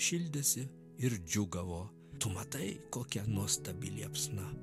šildėsi ir džiūgavo tu matai kokia nuostabi liepsna